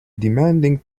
demanding